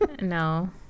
no